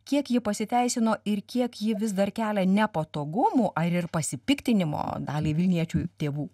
kiek ji pasiteisino ir kiek ji vis dar kelia nepatogumų ar ir pasipiktinimo daliai vilniečių tėvų